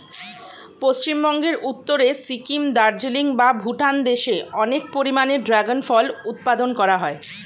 পশ্চিমবঙ্গের উত্তরে সিকিম, দার্জিলিং বা ভুটান দেশে অনেক পরিমাণে ড্রাগন ফল উৎপাদন করা হয়